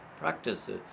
practices